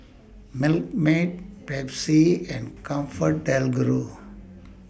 Milkmaid Pepsi and ComfortDelGro